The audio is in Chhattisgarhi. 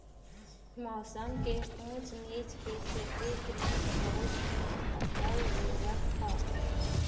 मउसम के ऊँच नीच के सेती ग्रीन हाउस म फसल लेवत हँव